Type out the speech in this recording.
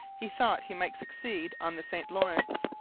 he thought he might succeed on the st lawrence.